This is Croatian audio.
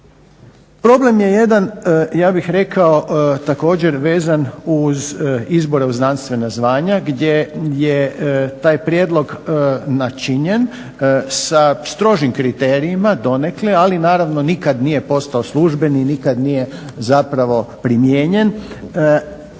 Problem je jedan ja bih rekao također vezan uz izbore u znanstvena zvanja gdje je taj prijedlog načinjen sa strožim kriterijima donekle, ali naravno nikad nije postao službeni, nikad nije zapravo primijenjen.